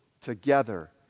together